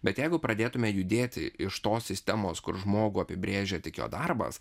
bet jeigu pradėtume judėti iš tos sistemos kur žmogų apibrėžia tik jo darbas